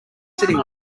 sitting